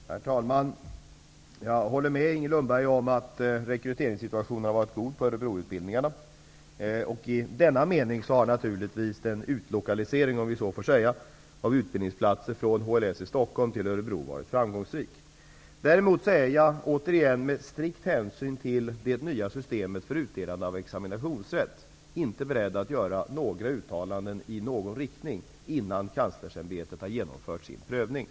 Herr talman! Jag håller med Inger Lundberg om att rekryteringssituationen har varit god för Örebroutbildningarna. I denna mening har Stockholm till Örebro varit framgångsrik. Däremot är jag, återigen med strikt hänsyn till det nya systemet för utdelning av examinationsrätt, inte beredd att göra några uttalanden i någon riktning innan Kanslersämbetet har genomfört sin prövning.